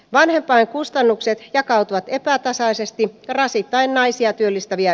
maria tai kustannukset jakautuvat epätasaisesti karasittain naisia työllistäviä